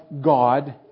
God